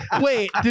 Wait